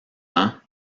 ans